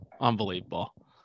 unbelievable